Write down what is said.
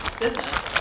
business